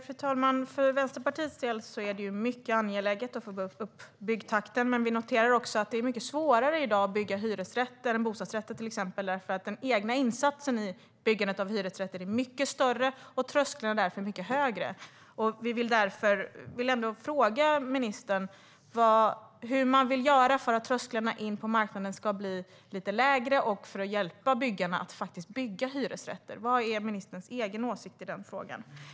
Fru talman! För Vänsterpartiets del är det mycket angeläget att få upp byggtakten. Men vi noterar att det är mycket svårare i dag att bygga hyresrätter än bostadsrätter, till exempel, därför att den egna insatsen i byggandet av hyresrätter är mycket större, och trösklarna är därför mycket högre. Jag vill fråga ministern: Vad vill man göra för att trösklarna in på marknaden ska bli lite lägre och för att hjälpa byggarna att faktiskt bygga hyresrätter? Vad är ministerns egen åsikt i den frågan?